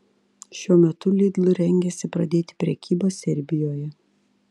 šiuo metu lidl rengiasi pradėti prekybą serbijoje